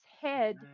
head